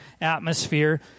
atmosphere